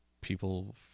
people